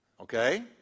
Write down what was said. Okay